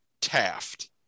taft